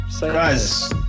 Guys